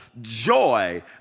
joy